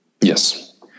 Yes